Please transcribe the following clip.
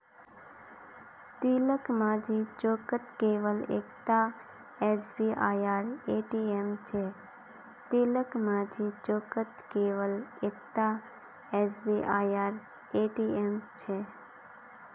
तिलकमाझी चौकत केवल एकता एसबीआईर ए.टी.एम छेक